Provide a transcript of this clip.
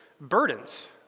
burdens